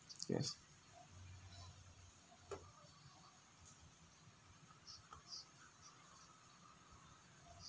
yes